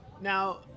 Now